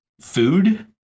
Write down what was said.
food